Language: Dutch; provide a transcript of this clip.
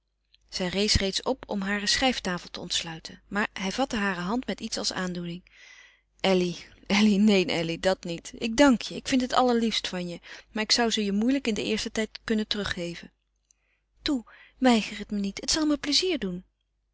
zij rees reeds op om hare schrijftafel te ontsluiten maar hij vatte hare hand met iets als aandoening elly elly neen elly dat niet ik dank je ik vind het allerliefst van je maar ik zou ze je moeilijk in den eersten tijd kunnen teruggeven toe weiger het me niet het zal me plezier doen